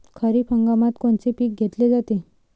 खरिप हंगामात कोनचे पिकं घेतले जाते?